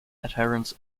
adherents